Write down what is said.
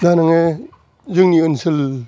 दा नोङो जोंनि ओन्सोल